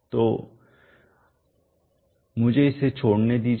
तो मुझे इसे छोड़ने दीजिए